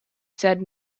said